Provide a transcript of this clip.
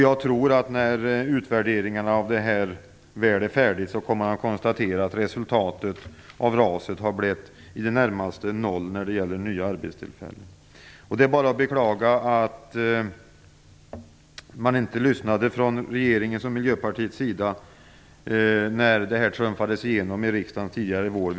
Jag tror att när utvärderingarna av RAS väl är färdiga kommer man att konstatera att resultatet har blivit i det närmaste noll när det gäller nya arbetstillfällen. Det är bara att beklaga att man i regeringen och Miljöpartiet inte lyssnade när RAS trumfades igenom i riksdagen tidigare i vår.